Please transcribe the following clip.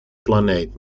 planeet